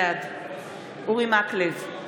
בעד אורי מקלב,